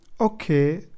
Okay